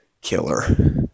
killer